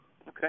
okay